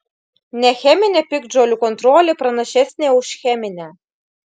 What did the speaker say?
necheminė piktžolių kontrolė pranašesnė už cheminę